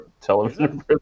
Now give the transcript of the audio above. television